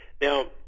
Now